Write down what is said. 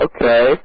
Okay